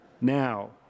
now